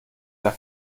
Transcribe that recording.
der